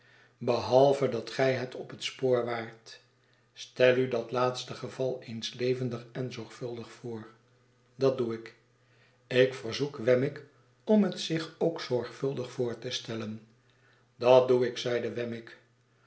behalve dat gij het op het spoor waart stelu dat laatste geval eens levendig enzorgvuldig voor dat doe ik ik verzoek wemmick om het zich ookzorgvuldig voor te stellen dat doe ik zeide wemmick